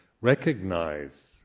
recognize